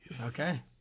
Okay